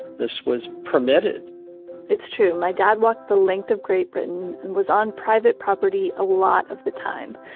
this was permitted it's true, my dad walked the length of great britain, and was on private property a lot of the time.